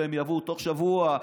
והם יבואו בתוך שבוע,